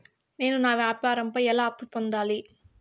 నేను నా వ్యాపారం పై ఎలా అప్పు పొందాలి?